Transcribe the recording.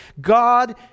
God